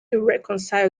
reconcile